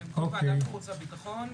במקום ועדת חוץ וביטחון,